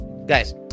Guys